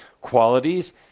qualities